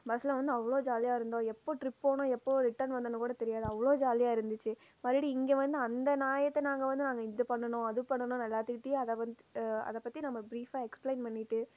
பஸ்ஸில் வந்து அவ்வளோ ஜாலியாகருந்தோம் எப்போது ட்ரிப் போனோம் எப்போது ரிட்டன் வந்தோம்னு கூட தெரியாது அவ்வளோ ஜாலியாக இருந்துச்சு மறுபடி இங்கே வந்து அந்த நாயத்தை நாங்கள் வந்து நாங்கள் இது பண்ணினோம் அது பண்ணினோம் எல்லாத்துக்கிட்டேயும் அதை வந்து அதை பற்றி நம்ம பிரீஃபாக எக்ஸ்பிளைன் பண்ணிட்டு